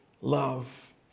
love